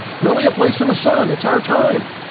really a place in the sun, it's our time.